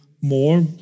more